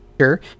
sure